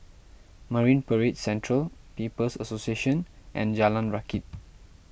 Marine Parade Central People's Association and Jalan Rakit